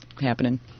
happening